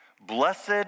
blessed